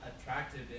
attractive